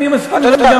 אני מסכים לזה גם.